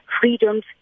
freedoms